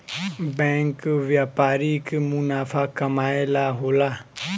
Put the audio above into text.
bank व्यापारिक मुनाफा कमाए ला होला